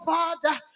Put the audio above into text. Father